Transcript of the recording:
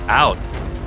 out